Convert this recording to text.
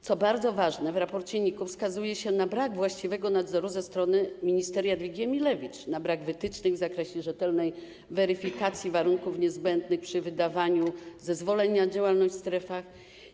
Co bardzo ważne, w raporcie NIK-u został wskazany brak właściwego nadzoru ze strony minister Jadwigi Emilewicz, brak wytycznych w zakresie rzetelnej weryfikacji warunków niezbędnych przy wydawaniu zezwoleń na działalność w strefach.